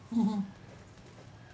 mm mm